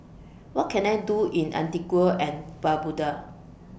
What Can I Do in Antigua and Barbuda